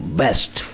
best